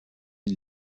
une